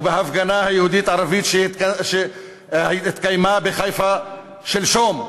ובהפגנה היהודית-ערבית שהתקיימה בחיפה שלשום,